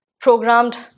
programmed